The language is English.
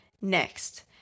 next